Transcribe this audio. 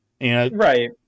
Right